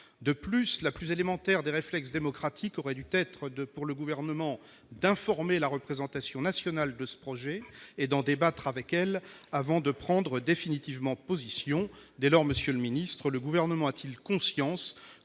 De surcroît, le plus élémentaire des réflexes démocratiques aurait dû être, pour le Gouvernement, d'informer la représentation nationale de ce projet et d'en débattre avec elle avant de prendre définitivement position. Dès lors, monsieur le secrétaire d'État, le Gouvernement a-t-il conscience